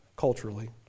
culturally